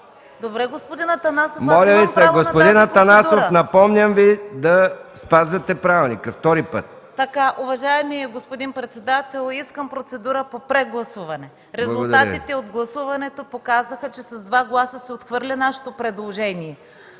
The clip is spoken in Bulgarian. Добре, господин Атанасов, аз имам право на тази процедура. ПРЕДСЕДАТЕЛ МИХАИЛ МИКОВ: Господин Атанасов, напомням Ви да спазвате правилника – втори път. ДЕСИСЛАВА ТАНЕВА: Уважаеми господин председател, искам процедура по прегласуване. Резултатите от гласуването показаха, че с два гласа се отхвърля нашето предложение,